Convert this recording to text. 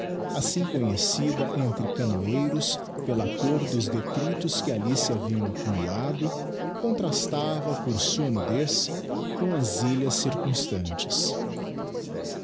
assim conhecida entre canoeiros pela côr dos detrictos que alii se haviam accumulado contrastava por sua nudez com as ilhas circumstantes